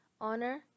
Honor